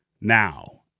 now